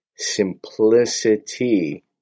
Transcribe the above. Simplicity